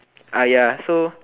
so